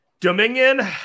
Dominion